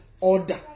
order